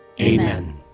Amen